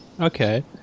okay